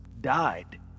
Died